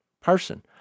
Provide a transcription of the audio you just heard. person